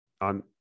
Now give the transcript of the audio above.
on